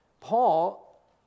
Paul